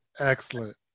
excellent